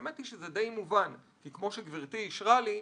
האמת היא שזה די מובן, כי כמו שגברתי אישרה לי,